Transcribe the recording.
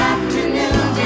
Afternoon